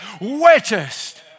wettest